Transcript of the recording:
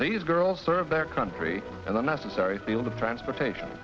these girls serve their country and the necessary field of transportation